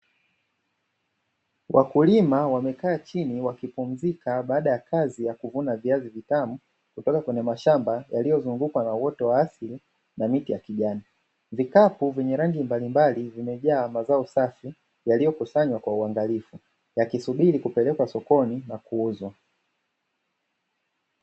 Wakulima wamekaa chini wakipumzika baada ya kazi ya kuvuna viazi vitamu kutoka kwenye mashamba yaliyozungukwa na uoto wa asili na miti ya kijani. Vikapu nyenye rangi mbalimbali vimejaa mazao safi yaliyokusanywa kwa uangalifu yakisubiri kupelekwa sokoni na kuuzwa.